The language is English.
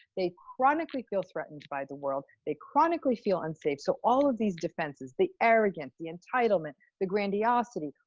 they chronically feel threatened by the world. they chronically feel unsafe. so all of these defenses, the arrogance, the entitlement, the grandiosity,